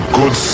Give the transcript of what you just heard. good